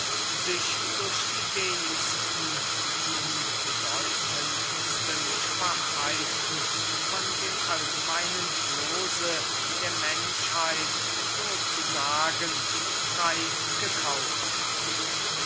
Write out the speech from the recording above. sich durch die wenigsten und unbedeutendsten schwachheiten von dem allgemeinen loose der menschheit so zu sagen frey gekauft hat